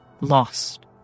Lost